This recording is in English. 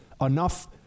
enough